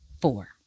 four